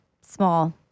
small